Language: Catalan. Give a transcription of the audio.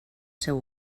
seu